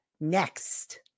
next